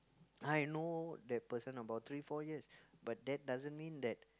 I know that person about three four years but that doesn't mean that